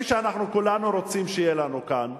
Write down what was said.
שאנחנו כולנו רוצים שיהיה לנו כאן,